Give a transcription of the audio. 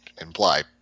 imply